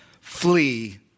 Flee